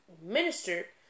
minister